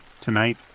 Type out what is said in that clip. Tonight